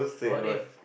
what if